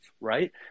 right